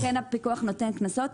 כן הפיקוח נותן קנסות.